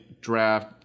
draft